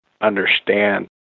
understand